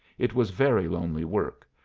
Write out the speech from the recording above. it was very lonely work,